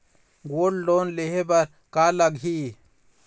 Gold loan लेहे बर का लगही?